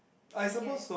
I guess